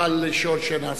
תוכל לשאול שאלה נוספת.